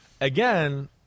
Again